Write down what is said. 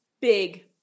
big